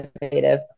innovative